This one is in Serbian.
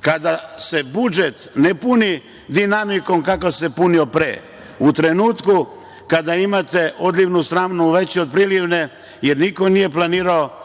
kada se budžet ne puni dinamikom kako se punio pre. U trenutku kada imate odlivnu stranu veću od prilivne jer niko nije planirao